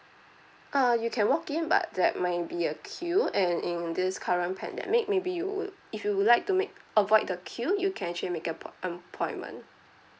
uh you can walk in but there might be a queue and in this current pandemic maybe you would if you would like to make avoid the queue you can actually make appoi~ appointment